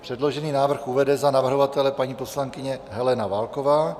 Předložený návrh uvede za navrhovatele paní poslankyně Helena Válková.